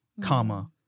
comma